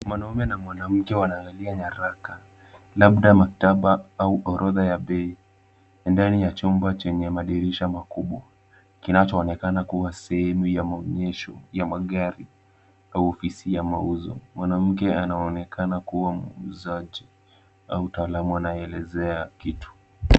Mwanamume na mwanamke wanaagalia nyaraka labda maktaba au orodha ya bei ndani ya chumba chenye madirisha makubwa kinachoonekana kuwa sehemu ya maonyesho ya magari au ofisi ya mauzo. Mwanamke anaonekana kuwa muuzaji au mtaalamu anaelezea kitu.